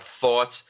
thoughts